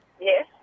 Yes